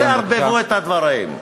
אל תערבבו את הדברים.